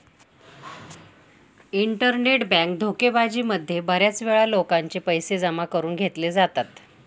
internet bank धोकेबाजी मध्ये बऱ्याच वेळा लोकांचे पैसे जमा करून घेतले जातात